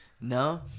No